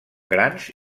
grans